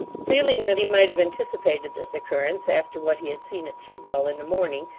feeling that he might have anticipated this occurrence, after what he had seen at chigwell in the morning,